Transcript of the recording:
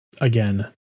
again